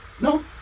No